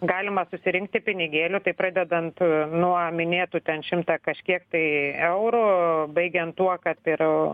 galima susirinkti pinigėlių tai pradedant nuo minėtų ten šimtą kažkiek tai eurų baigiant tuo kad ir